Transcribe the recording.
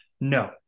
no